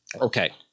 okay